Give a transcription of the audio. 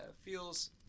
Feels